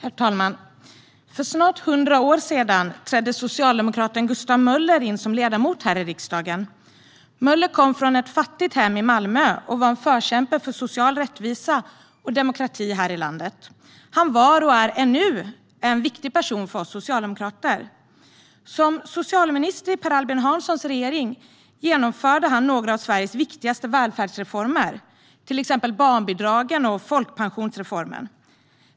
Herr talman! För snart 100 år sedan trädde socialdemokraten Gustav Möller in som ledamot här i riksdagen. Möller kom från ett fattigt hem i Malmö och var en förkämpe för social rättvisa och demokrati här i landet. Han var, och är ännu, en viktig person för oss socialdemokrater. Som socialminister i Per Albin Hanssons regering genomförde han några av Sveriges viktigaste välfärdsreformer, till exempel barnbidragen och folkpensionsreformen.